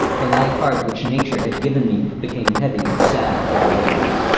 the light heart which nature had given me became heavy with sad forebodings.